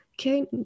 okay